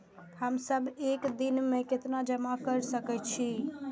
हम सब एक दिन में केतना जमा कर सके छी?